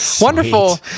Wonderful